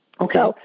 Okay